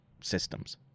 systems